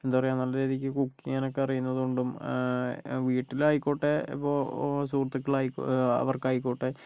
എന്താ പറയുക നല്ല രീതിക്ക് കുക്ക് ചെയ്യാനൊക്കെ അറിയുന്നതുകൊണ്ടും വീട്ടിലായിക്കോട്ടെ ഇപ്പോൾ സുഹൃത്തുക്കളായി അവർക്കായ്ക്കോട്ടെ